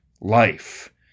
Life